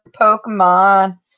Pokemon